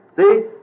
See